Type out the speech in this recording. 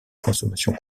consommation